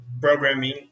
programming